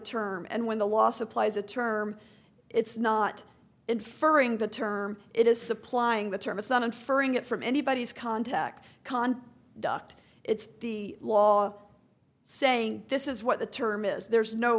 term and when the law supplies a term it's not inferring the term it is supplying the term son inferring it from anybody's contact con duct it's the law saying this is what the term is there's no